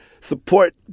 support